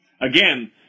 Again